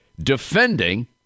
defending